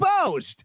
exposed